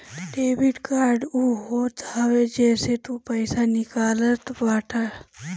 debit card उ होत हवे जेसे तू पईसा निकालत बाटअ